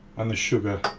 and the sugar